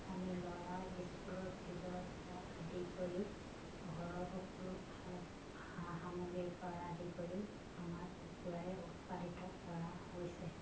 আমি ল'ৰাৰ ইস্কুলৰ ফিজৰ পৰা আদি কৰি ঘৰৰ সকলো সা সা সামগ্ৰীৰ পৰা আদি কৰি আমাৰ কুকুৰাই উৎপাদিত কৰা হৈছে